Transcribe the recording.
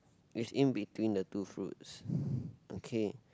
which in between the two fruits okay